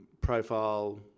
profile